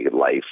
life